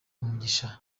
umugisha